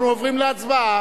אנחנו עוברים להצבעה.